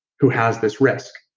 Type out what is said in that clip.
who has this risk.